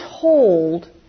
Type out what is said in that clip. told